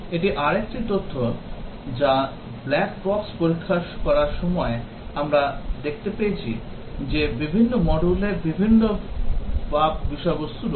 এটি আরেকটি তথ্য যা ব্ল্যাক বাক্স পরীক্ষা করার সময় আমরা দেখতে পেয়েছি যে বিভিন্ন module এ বিভিন্ন বাগ বিষয়বস্তু রয়েছে